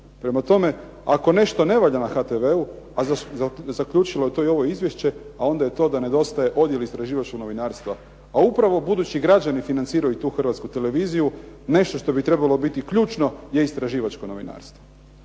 Prema tome, ako nešto ne valja na HTV-u, a zaključilo je to i ovo izvješće, a onda je to da nedostaje odjel istraživačkog novinarstva. A upravo budući građani financiraju i tu Hrvatsku televiziju, nešto što bi trebalo biti ključno je istraživačko novinarstvo.